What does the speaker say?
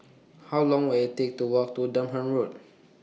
How Long Will IT Take to Walk to Durham Road